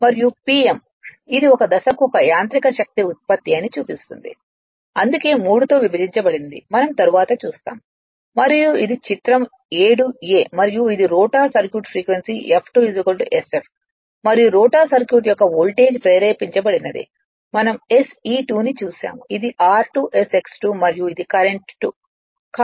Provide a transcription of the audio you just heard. మరియు Pm ఇది ఒక దశకు ఒక యాంత్రిక శక్తి ఉత్పత్తి అని చూస్తుంది అందుకే 3 తో విభజించబడింది మనం తరువాత చూస్తాము మరియు ఇది చిత్రం 7 a మరియు ఇది rotor circuit frequency F2 sf మరియు రోటర్ సర్క్యూట్ యొక్క వోల్టేజ్ ప్రేరేపించబడినది మనం SE2 ని చూశాము ఇది r2 SX2మరియు ఇది కరెంట్ 2